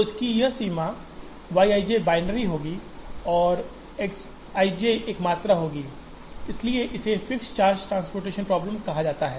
तो इसकी यह सीमा है Y i j बाइनरी होगी और X i j एक मात्रा होगी इसलिए इसे फिक्स्ड चार्ज ट्रांसपोर्टेशन प्रॉब्लम कहा जाता है